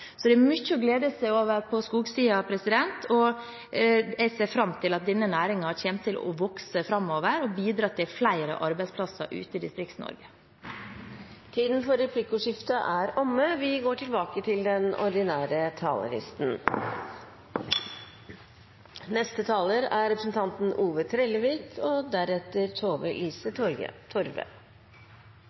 Så det er mye å glede seg over på skogsiden. Jeg ser fram til at denne næringen kommer til å vokse framover og bidra til flere arbeidsplasser ute i Distrikts-Norge. Replikkordskiftet er omme. Noreg er i den mest utfordrande situasjonen på fleire tiår. Oljeprisen har falle, og arbeidsløysa har auka på Vestlandet og